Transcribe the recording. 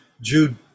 Jude –